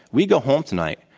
we go home tonight,